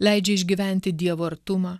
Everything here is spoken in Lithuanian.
leidžia išgyventi dievo artumą